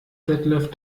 detlef